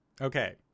Okay